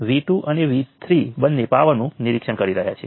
ચાલો હું આ સર્કિટ ઉપર નકલ કરું